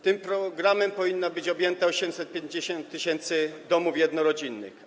Tym programem powinno być objęte 850 tys. domów jednorodzinnych.